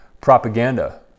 propaganda